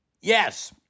Yes